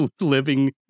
Living